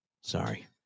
Sorry